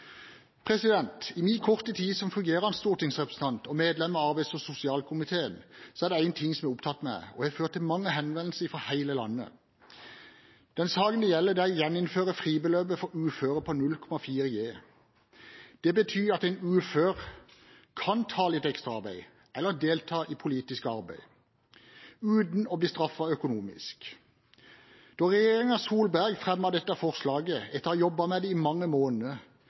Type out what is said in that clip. I min korte tid som fungerende stortingsrepresentant og medlem av arbeids- og sosialkomiteen er det en ting som har opptatt meg, og som har ført til mange henvendelser fra hele landet. Den saken det gjelder, er å gjeninnføre fribeløpet for uføre på 0,4G. Det betyr at en ufør kan ta litt ekstra arbeid eller delta i politisk arbeid uten å bli straffet økonomisk. Der regjeringen Solberg fremmet dette forslaget etter å ha jobbet med det i mange måneder,